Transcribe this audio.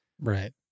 Right